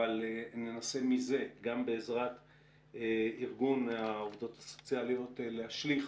אבל ננסה מזה גם בעזרת ארגון העובדות הסוציאליות להשליך